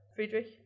Friedrich